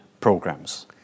programs